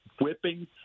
whipping